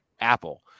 Apple